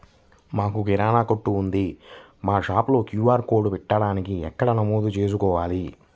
మాకు కిరాణా కొట్టు ఉంది మా షాప్లో క్యూ.ఆర్ కోడ్ పెట్టడానికి ఎక్కడ నమోదు చేసుకోవాలీ?